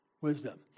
Wisdom